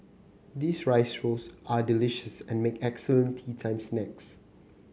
these rice rolls are delicious and make excellent teatime snacks